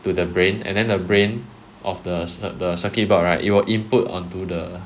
to the brain and then the brain of the cir~ the circuit board right it will input onto the